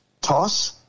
toss